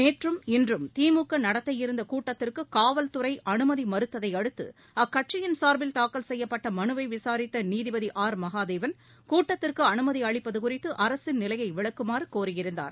நேற்றும் இன்றும் திமுக நடத்த இருந்த கூட்டத்திற்கு காவல்துறை அனுமதி மறுத்ததையடுத்து அக்கட்சியின் சார்பில் தாக்கல் செய்யப்பட்ட மனுவை விசாரித்த நீதிபதி திரு ஆர் மகாதேவன் கூட்டத்திற்கு அனுமதி அளிப்பது குறித்து அரசின் நிலையை விளக்குமாறு கோரியிருந்தார்